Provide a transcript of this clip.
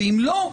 ואם לא,